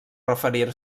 referir